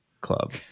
Club